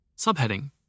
Subheading